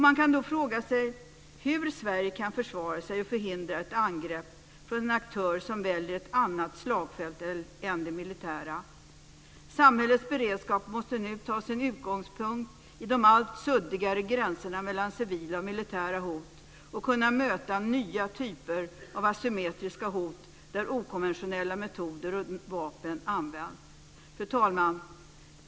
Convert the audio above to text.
Man kan då fråga sig hur Sverige kan försvara sig och förhindra ett angrepp från en aktör som väljer ett annat slagfält än det militära. Samhällets beredskap måste nu ta sin utgångspunkt i de allt suddigare gränserna mellan civila och militära hot och kunna möta nya typer av assymetriska hot, där okonventionella metoder och vapen används. Fru talman!